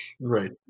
right